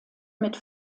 mit